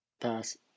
Pass